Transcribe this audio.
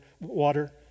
water